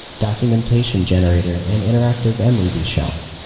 documentation generator and interactive and mruby shell.